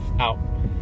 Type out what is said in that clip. out